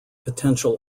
potential